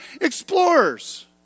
Explorers